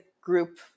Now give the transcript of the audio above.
group